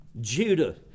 Judah